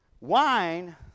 Wine